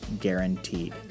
guaranteed